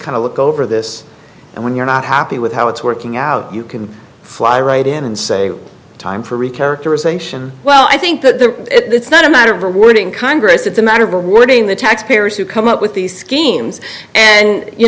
kind of look over this and when you're not happy with how it's working out you can fly right in and say time for recur well i think that it's not a matter of rewarding congress it's a matter of rewarding the taxpayers who come up with these schemes and you